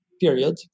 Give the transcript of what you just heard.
period